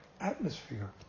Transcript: atmosphere